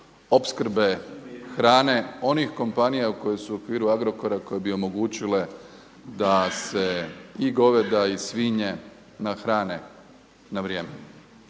opskrbe hrane onih kompanija koje su u okviru Agrokora koje bi omogućile da se i goveda i svinje nahrane na vrijeme,